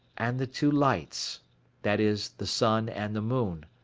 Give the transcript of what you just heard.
and the two lights that is, the sun and the moon.